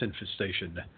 infestation